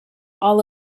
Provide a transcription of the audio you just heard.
all